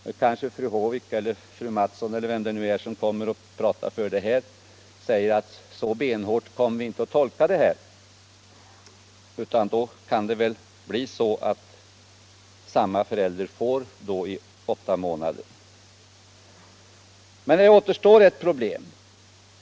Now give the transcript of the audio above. Nu kan ju fru Håvik eller fröken Mattson eller vem det nu blir som kommer att prata för förslaget säga att så benhårt kommer vi inte att tolka bestämmelserna, utan i ett sådant fall kan samma förälder få ersättning i åtta månader. Men det återstår ett problem.